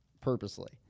purposely